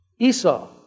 Esau